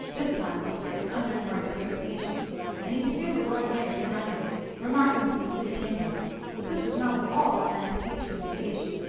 this time with a certain under-current of irritation and he could hear the lord mayor behind him remarking to the city chamberlain that this was not at all the kind of speech for the occasion.